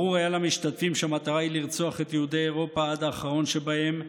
"ברור היה למשתתפים שהמטרה היא לרצוח את יהודי אירופה עד האחרון שבהם,